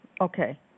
Okay